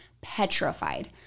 petrified